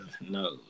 no